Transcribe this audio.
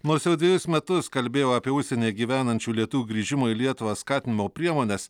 nors jau dvejus metus kalbėjau apie užsieny gyvenančių lietuvių grįžimo į lietuvą skatinimo priemones